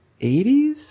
80s